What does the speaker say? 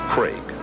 Craig